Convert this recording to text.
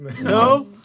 No